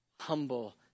humble